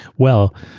well,